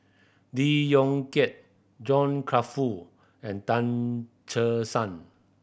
Lee Yong Kiat John Crawfurd and Tan Che Sang